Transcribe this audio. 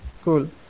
cool